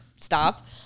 stop